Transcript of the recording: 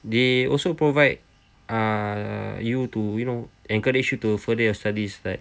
they also provide err you to you know encourage you to further your studies but